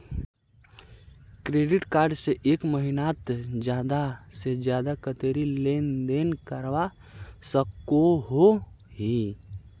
Credit card से एक महीनात ज्यादा से ज्यादा कतेरी लेन देन करवा सकोहो ही?